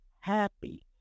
happy